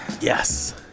Yes